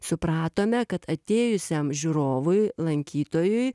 supratome kad atėjusiam žiūrovui lankytojui